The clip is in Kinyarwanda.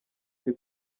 uri